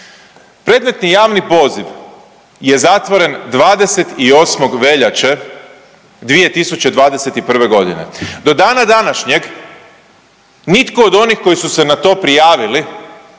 Predmetni javni poziv je zatvoren 28. veljače 2021. g. Do dana današnjeg nitko od onih koji su se na to prijavili,